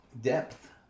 depth